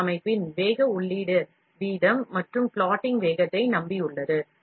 M அமைப்பின் வேகம் உள்ளீடு வீதம் மற்றும் plotting வேகத்தை நம்பியுள்ளது